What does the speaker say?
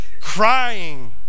crying